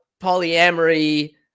polyamory